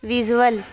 visual